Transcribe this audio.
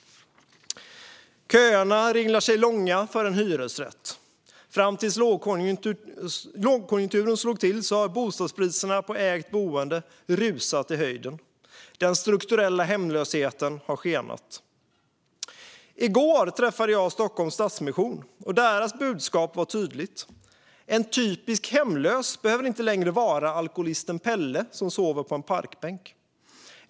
Köerna för en hyresrätt ringlar sig långa. Fram till det att lågkonjunkturen slog till rusade bostadspriserna på ägt boende i höjden. Den strukturella hemlösheten har skenat. I går träffade jag Stockholms Stadsmission. Deras budskap var tydligt: En typisk hemlös behöver inte längre vara alkoholisten Pelle som sover på en parkbänk.